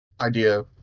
idea